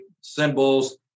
symbols